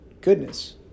goodness